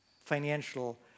financial